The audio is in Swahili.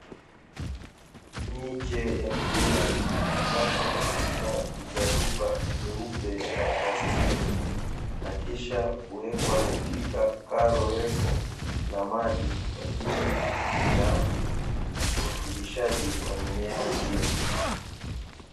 Miche ya mimea imepandwa katika vijaruba vyeupe vya plastiki na kisha kuwekwa katika karo refu la maji kwa ajili ya urutubishaji wa mimea hiyo.